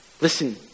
Listen